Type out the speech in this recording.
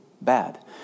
bad